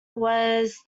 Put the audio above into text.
was